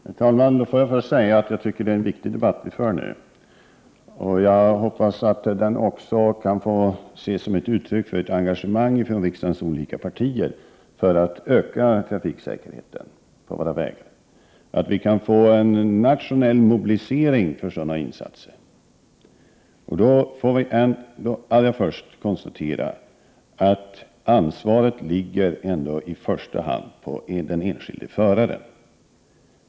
Herr talman! Jag vill först säga att jag tycker att det är en viktig debatt vi för nu. Jag hoppas att den också kan ses som ett uttryck för ett engagemang från riksdagens olika partier för att öka trafiksäkerheten på våra vägar så att vi kan få en nationell mobilisering för sådana insatser. Vi kan konstatera att ansvaret i första hand ligger på den enskilda föraren.